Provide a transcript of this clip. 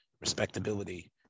respectability